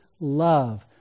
love